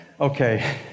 Okay